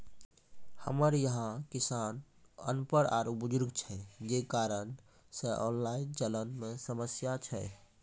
हमरा यहाँ औसत किसान अनपढ़ आरु बुजुर्ग छै जे कारण से ऑनलाइन चलन मे समस्या छै?